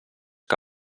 que